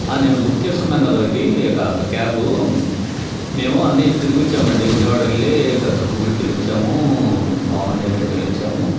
నేను బుక్ చేసుకున్నాను కదా ఒకటి ఒక క్యాబు మేము అన్నీ తిరిగి వచ్చాము విజయవాడ వెళ్ళి ఒక దుర్గ గుడికి వెళ్ళి వచ్చాము భావానీ గుడికి వెళ్ళి వచ్చాము